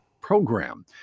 program